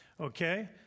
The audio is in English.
Okay